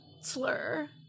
slur